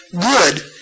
good